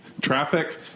traffic